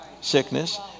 sickness